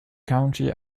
county